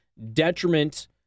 detriment